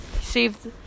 saved